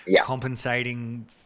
compensating